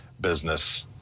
business